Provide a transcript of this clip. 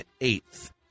eighth